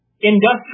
industrial